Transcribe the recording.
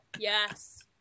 Yes